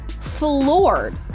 floored